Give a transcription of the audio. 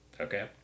Okay